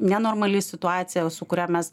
nenormali situacija su kuria mes